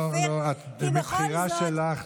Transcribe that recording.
כי בכל זאת, לא, לא, מבחירה שלך.